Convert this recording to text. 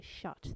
shut